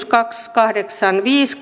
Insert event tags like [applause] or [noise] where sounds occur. [unintelligible] kaksisataakahdeksankymmentäviisi [unintelligible]